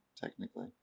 technically